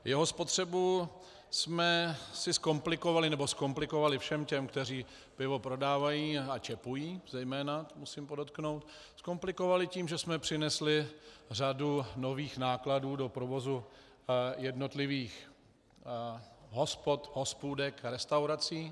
Jeho spotřebu jsme si zkomplikovali nebo zkomplikovali všem těm, kteří pivo prodávají a zejména čepují, musím podotknout, zkomplikovali tím, že jsme přinesli řadu nových nákladů do provozu jednotlivých hospod, hospůdek, restaurací.